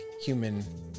human